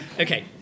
Okay